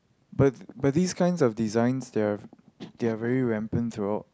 but but these kinds of design they're they're very rampant throughout